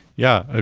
yeah.